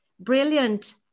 brilliant